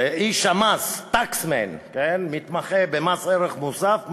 איש המס, tax man, מתמחה במס ערך מוסף,